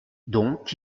donc